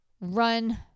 run